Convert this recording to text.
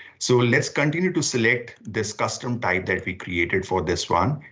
so let's continue to select this custom type that we created for this one.